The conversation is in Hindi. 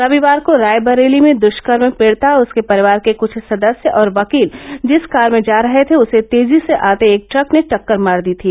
रविवार को रायबरेली में दृष्कर्म पीडिता उसके परिवार के कृछ सदस्य और वकील जिस कार में जा रहे थे उसे तेजी से आते एक ट्रक ने टक्कर मार दी थी